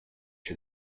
się